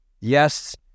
Yes